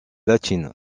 latine